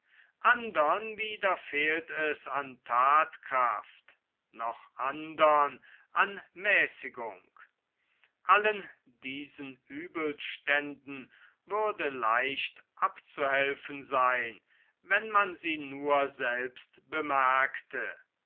andern wieder fehlt es an thatkraft noch andern an mäßigung allen diesen uebelständen würde leicht abzuhelfen seyn wenn man sie nur selbst bemerkte